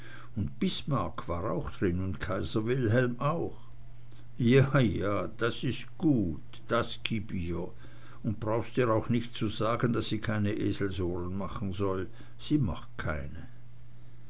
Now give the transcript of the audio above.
und bismarck war auch drin un kaiser wilhelm auch ja ja das is gut das gib ihr und brauchst ihr auch nich zu sagen daß sie keine eselsohren machen soll die macht keine